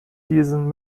diesen